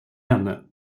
henne